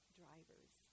drivers